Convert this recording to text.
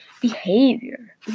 behavior